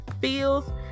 feels